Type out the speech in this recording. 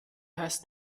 heißt